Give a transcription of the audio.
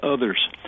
others